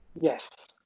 yes